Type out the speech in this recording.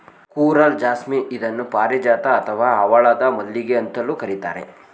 coral jasmine ಇದನ್ನು ಪಾರಿಜಾತ ಅಥವಾ ಹವಳದ ಮಲ್ಲಿಗೆ ಅಂತಲೂ ಕರಿತಾರೆ